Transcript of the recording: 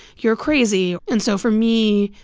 you're crazy. and so for me,